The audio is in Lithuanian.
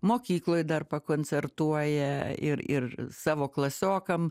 mokykloj dar pakoncertuoja ir ir savo klasiokam